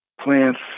plants